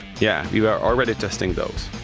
yeah we were already testing those.